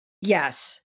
Yes